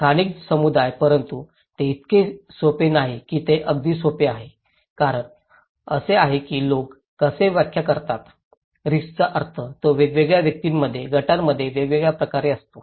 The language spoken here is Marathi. स्थानिक समुदाय परंतु हे इतके सोपे नाही की हे अगदी सोपे आहे कारण असे आहे की लोक कसे व्याख्या करतात रिस्कचा अर्थ तो वेगवेगळ्या व्यक्तींमध्ये गटांमध्ये वेगवेगळ्या प्रकारे असतो